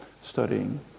studying